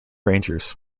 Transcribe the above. rangers